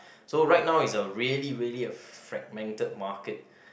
so right now is a really really fragmented market